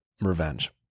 revenge